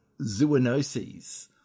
zoonoses